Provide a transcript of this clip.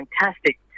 fantastic